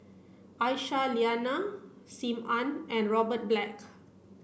Aisyah Lyana Sim Ann and Robert Black